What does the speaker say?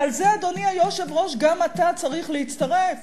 ועל זה, אדוני היושב-ראש, גם אתה צריך להצטרף.